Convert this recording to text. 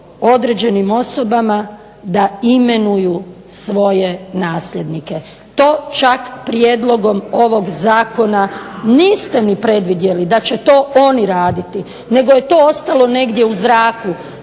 određenim osobama da imenuju svoje nasljednike. To čak prijedlogom ovog zakona niste ni predvidjeli da će to oni raditi nego je to ostalo negdje u zraku